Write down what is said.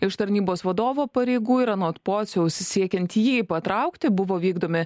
iš tarnybos vadovo pareigų ir anot pociaus siekiant jį patraukti buvo vykdomi